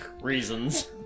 Reasons